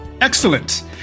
Excellent